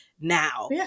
now